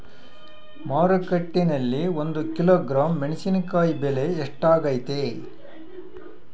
ಮಾರುಕಟ್ಟೆನಲ್ಲಿ ಒಂದು ಕಿಲೋಗ್ರಾಂ ಮೆಣಸಿನಕಾಯಿ ಬೆಲೆ ಎಷ್ಟಾಗೈತೆ?